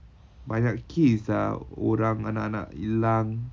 banyak case ah orang anak-anak hilang